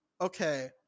okay